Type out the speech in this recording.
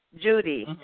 Judy